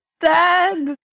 dad